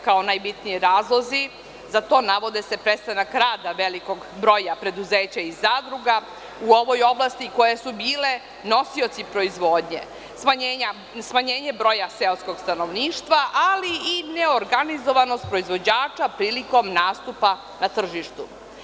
Kao najbitniji razlozi za to navode se prestanak rada velikog broja preduzeća i zadruga u ovoj oblasti, koje su bile nosioci proizvodnje, smanjenje broja seoskog stanovništva, ali i neorganizovanost proizvođača prilikom nastupa na tržištu.